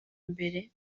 mbere